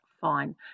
fine